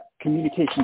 communication